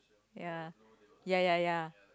ya ya ya ya